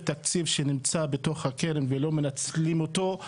תקציב שנמצא בתוך הקרן ולא מנצלים אותו,